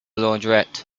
launderette